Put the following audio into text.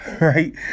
right